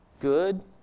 good